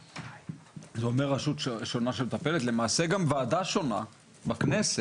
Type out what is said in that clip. זה אומר רשות שונה שמטפלת ולמעשה גם ועדה שונה בכנסת,